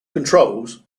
controls